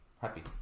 happy